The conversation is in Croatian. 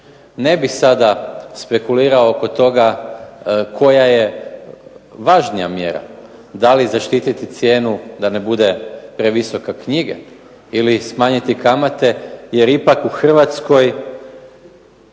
Ne bih sada spekulirao oko toga koja je važnija mjera, da li zaštititi cijenu da ne bude previsoke knjige, ili smanjiti kamate jer ipak u Hrvatskoj,